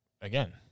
again